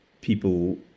people